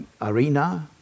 arena